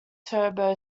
turbo